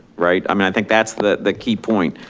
right. i mean, i think that's the key point.